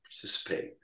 participate